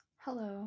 hello